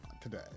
today